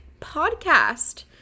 podcast